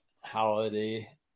holiday